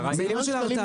עניין של 200 אלף?